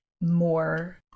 more